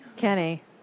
Kenny